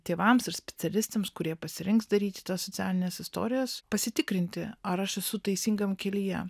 tėvams ir specialistams kurie pasirinks daryti tas socialines istorijas pasitikrinti ar aš esu teisingam kelyje